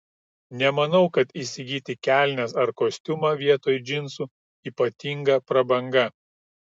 nemanau kad įsigyti kelnes ar kostiumą vietoj džinsų ypatinga prabanga